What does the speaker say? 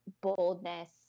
boldness